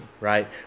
right